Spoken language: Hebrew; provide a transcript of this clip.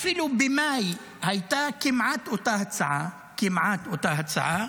אפילו במאי הייתה כמעט אותה הצעה, כמעט אותה הצעה.